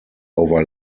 over